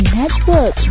network